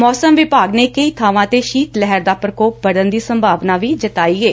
ਮੌਸਮ ਵਿਭਾਗ ਨੇ ਕਈ ਬਾਵਾਂ ਤੇ ਸ਼ੀਤ ਲਹਿਰ ਦਾ ਪ੍ਰਕੋਪ ਵੱਧਣ ਦੀ ਸੰਭਾਵਨਾ ਵੀ ਜਤਾਈ ਏ